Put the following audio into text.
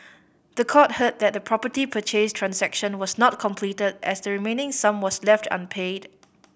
the court heard that the property purchase transaction was not completed as the remaining sum was left unpaid